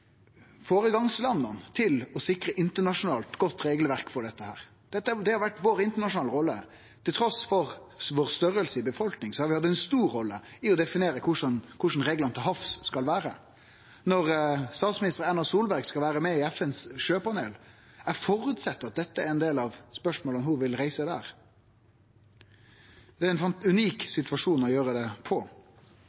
til å sikre eit internasjonalt godt regelverk for dette. Det har vore vår internasjonale rolle. Trass i storleiken på befolkninga vår har vi hatt ein stor rolle i det å definere korleis reglane til havs skal vere. Når statsminister Erna Solberg skal vere med i FNs sjøpanel, føreset eg at dette er ein del av spørsmåla ho vil reise der. Det er ein unik